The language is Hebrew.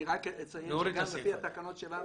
אני רק אציין שגם לפי התקנות שלנו,